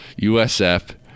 USF